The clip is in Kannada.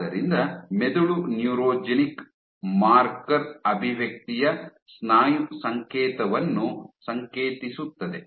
ಆದ್ದರಿಂದ ಮೆದುಳು ನ್ಯೂರೋಜೆನಿಕ್ ಮಾರ್ಕರ್ ಅಭಿವ್ಯಕ್ತಿಯ ಸ್ನಾಯು ಸಂಕೇತವನ್ನು ಸಂಕೇತಿಸುತ್ತದೆ